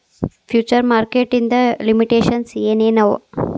Future market ಇಂದ್ limitations ಏನ್ ಏನವ?